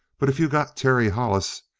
but if you got terry hollis,